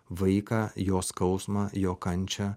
vaiką jo skausmą jo kančią